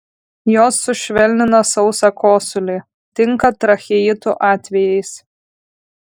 jos sušvelnina sausą kosulį tinka tracheitų atvejais